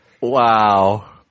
Wow